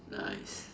nice